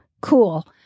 Cool